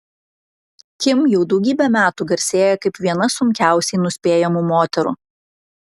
kim jau daugybę metų garsėja kaip viena sunkiausiai nuspėjamų moterų